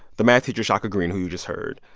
the math teacher shaka greene, who you just heard,